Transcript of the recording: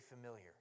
familiar